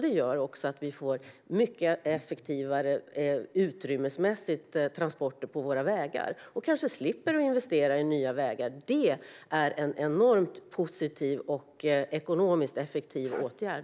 Det gör att vi utrymmesmässigt får mycket effektivare transporter på våra vägar och kanske slipper investera i nya vägar. Det är en enormt positiv och ekonomiskt effektiv åtgärd.